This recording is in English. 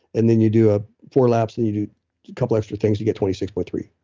and then you do ah four laps, and you do a couple extra things, you get twenty six point three.